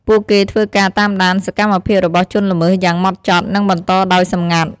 ពួកគេធ្វើការ តាមដាន សកម្មភាពរបស់ជនល្មើសយ៉ាងហ្មត់ចត់ និងបន្តដោយសម្ងាត់។